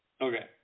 okay